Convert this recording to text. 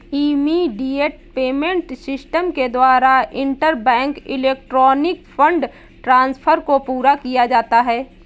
immediate payment system के द्वारा interbank electronic fund transfer को पूरा किया जाता है